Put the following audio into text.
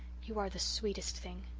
you are the sweetest thing.